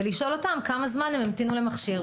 ולשאול אותם כמה זמן הם המתינו למכשיר.